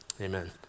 Amen